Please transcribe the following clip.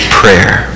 prayer